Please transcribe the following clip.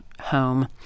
home